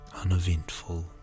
uneventful